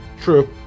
True